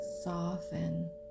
soften